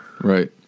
right